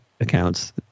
accounts